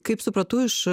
kaip supratau iš